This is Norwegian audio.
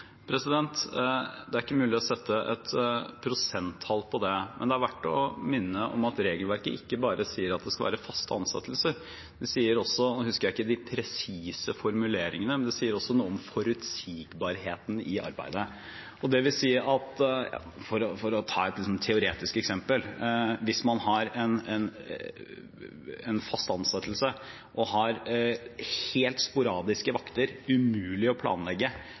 Det er ikke mulig å sette et prosenttall for det, men det er verdt å minne om at regelverket ikke bare sier at det skal være faste ansettelser, det sier også noe om forutsigbarheten i arbeidet – jeg husker ikke nå de presise formuleringene. For å ta et teoretisk eksempel: Hvis man har en fast ansettelse med helt sporadiske vakter – det er umulig å planlegge